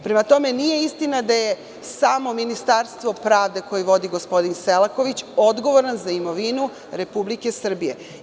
Prema tome, nije istina da je samo Ministarstvo pravde, koje vodi gospodin Selaković, odgovorno za imovinu Republike Srbije.